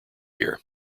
here